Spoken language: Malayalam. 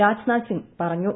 രാജ്നാഥ് സിംഗ് പറഞ്ഞു